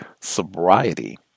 Sobriety